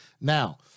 Now